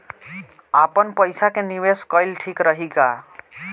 आपनपईसा के निवेस कईल ठीक रही का?